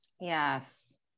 Yes